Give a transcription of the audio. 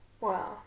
wow